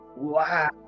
Wow